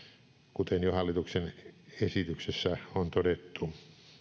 kuten jo hallituksen esityksessä on todettu